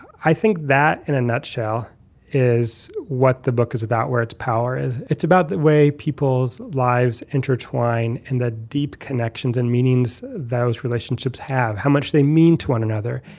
i think that in a nutshell is what the book is about, where its power is. it's about the way people's lives intertwine and that deep connections and meanings those relationships have, how much they mean to one another.